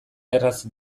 erraz